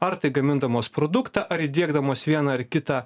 ar tai gamindamos produktą ar įdiegdamos vieną ar kitą